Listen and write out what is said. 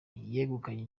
yegukanye